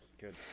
Good